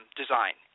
design